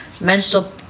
menstrual